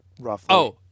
roughly